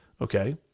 Okay